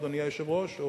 אדוני היושב-ראש?